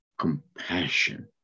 compassion